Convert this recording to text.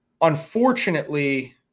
unfortunately